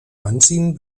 anziehen